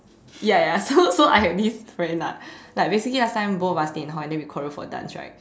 ya ya so so I had this friend ah like basically assigned both of us in hall and then we choreo for dance right